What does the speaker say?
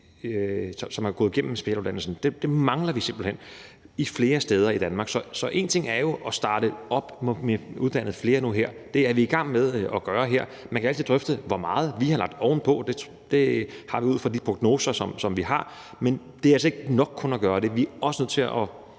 som har gennemgået specialeuddannelsen. Dem mangler vi simpelt hen flere steder i Danmark. Så én ting er jo at starte op med at uddanne flere nu og her, og det er vi i gang med at gøre her, og man kan jo altid drøfte hvor mange. Vi har lagt ovenpå – det har vi ud fra de prognoser, som vi har – men det er altså ikke nok kun at gøre det. Vi er også nødt til at